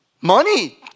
Money